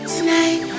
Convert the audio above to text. Tonight